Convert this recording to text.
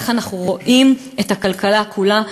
איך אנחנו רואים את הכלכלה כולה,